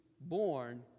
born